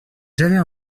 j’avais